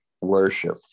worship